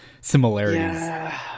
similarities